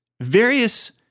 various